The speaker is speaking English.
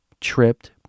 tripped